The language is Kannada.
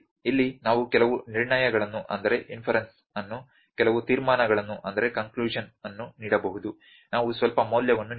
ಇಲ್ಲಿ ನಾವು ಕೆಲವು ನಿರ್ಣಯಗಳನ್ನು ಕೆಲವು ತೀರ್ಮಾನಗಳನ್ನು ನೀಡಬಹುದು ನಾವು ಸ್ವಲ್ಪ ಮೌಲ್ಯವನ್ನು ನೀಡಬಹುದು